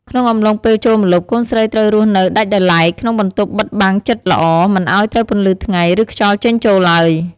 ក្នុងអំឡុងពេលចូលម្លប់ កូនស្រីត្រូវរស់នៅដាច់ដោយឡែក ក្នុងបន្ទប់បិទបាំងជិតល្អ មិនឱ្យត្រូវពន្លឺថ្ងៃ ឬខ្យល់ចេញចូលឡើយ។